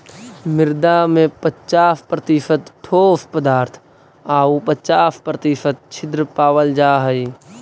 मृदा में पच्चास प्रतिशत ठोस पदार्थ आउ पच्चास प्रतिशत छिद्र पावल जा हइ